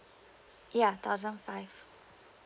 ya thousand five